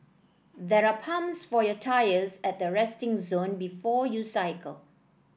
there are pumps for your tyres at the resting zone before you cycle